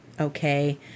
okay